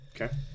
Okay